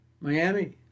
Miami